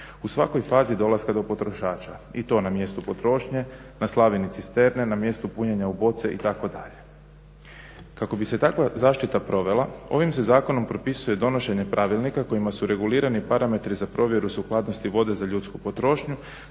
u svakoj fazi dolaska do potrošača i to na mjestu potrošnje, na slavini cisterne, na mjestu punjenja u boce itd. Kako bi se takva zaštita provela ovim se zakonom propisuje donošenje pravilnika kojima su regulirani parametri za provjeru sukladnosti vode za ljudsku potrošnju